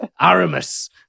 Aramis